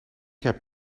heb